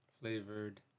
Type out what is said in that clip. flavored